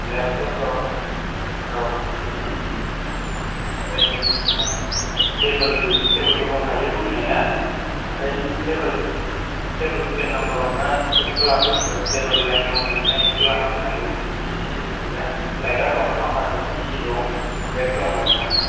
लेप तसब औ ओमफ्राय नोंहा टेबोल टेबोलबो दंखायो दंनाया ओमफ्राय नों टेबोल फेन नांगौबा नोंहा एक्सट्रा लाबोनांगोन टेबोल लाइट नांगौबा नोंहा एक्सट्रा लाना फैनांगोन बिदि फेसिलिटि गैया लाइटआ दं फांखा दं ए सि दं बेड दं आरोना